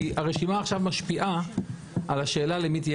כי הרשימה עכשיו משפיעה על השאלה למי תהיה